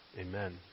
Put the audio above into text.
Amen